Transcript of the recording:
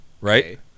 right